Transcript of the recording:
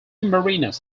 marinas